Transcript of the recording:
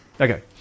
Okay